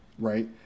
right